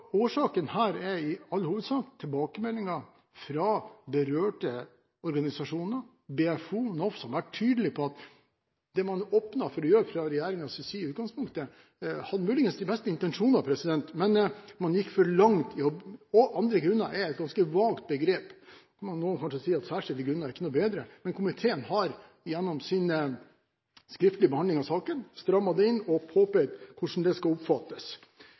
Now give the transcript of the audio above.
Årsaken er i all hovedsak tilbakemeldinger fra berørte organisasjoner – BFO, NOF – som har vært tydelige på at det man åpner for å gjøre fra regjeringens side i utgangspunktet, hadde muligens de beste intensjoner, men man gikk for langt – begrepet «andre grunner» er et ganske vagt begrep. Noen vil kanskje si at begrepet «særskilte grunner» ikke er noe bedre, men komiteen har gjennom sin skriftlige behandling av saken strammet det inn og påpekt hvordan det skal oppfattes.